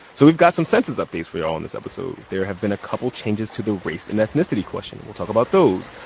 so we've got some census updates for y'all on this episode. there have been a couple changes to the race and ethnicity question. we'll talk about those.